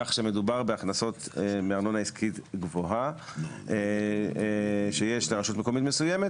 כך שמדובר בהכנסות מארנונה עסקית גבוהה שיש לרשות מקומית מסוימת